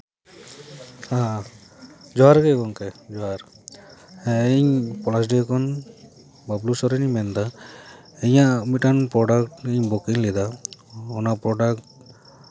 ᱦᱮᱸ ᱡᱚᱦᱟᱨ ᱜᱮ ᱜᱚᱢᱠᱮ ᱡᱚᱦᱟᱨ ᱦᱮᱸ ᱤᱧ ᱯᱚᱞᱟᱥᱰᱤᱦᱟᱹ ᱠᱷᱚᱱ ᱵᱟᱹᱵᱽᱞᱩ ᱥᱚᱨᱮᱱᱤᱧ ᱢᱮᱱᱫᱟ ᱤᱧᱟᱹᱜ ᱢᱤᱫᱴᱟᱝ ᱯᱨᱚᱰᱟᱠᱴᱤᱧ ᱵᱩᱠᱤᱝ ᱞᱮᱫᱟ ᱚᱱᱟ ᱯᱨᱚᱰᱟᱠᱴ